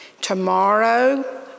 Tomorrow